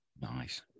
Nice